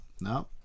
no